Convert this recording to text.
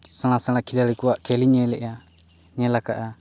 ᱥᱮᱬᱟ ᱥᱮᱬᱟ ᱠᱷᱮᱞᱟᱲᱤ ᱠᱚᱣᱟᱜ ᱠᱷᱮᱹᱞ ᱤᱧ ᱧᱮᱞᱮᱫᱼᱟ ᱧᱮᱞ ᱟᱠᱟᱫᱼᱟ